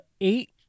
eight